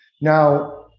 Now